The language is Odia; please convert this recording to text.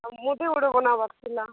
ଆଉ ମୁଦି ଗୋଟେ ବନାବାର ଥିଲା